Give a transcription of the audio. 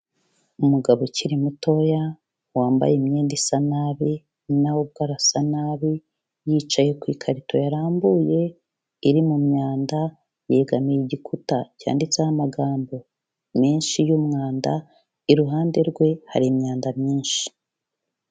Umugabo ukiri mutoya wambaye imyenda isa nabi, nawe ubwe arasa nabi. Yicaye ku ikarito yarambuye iri mu myanda, yegamiye igikuta cyanditseho amagambo menshi y'umwanda, iruhande rwe hari imyanda myinshi.